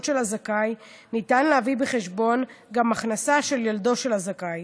של הזכאי ניתן להביא בחשבון גם הכנסה של ילדו של הזכאי.